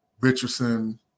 Richardson